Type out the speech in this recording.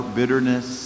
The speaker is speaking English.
bitterness